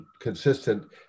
consistent